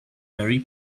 berry